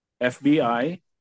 FBI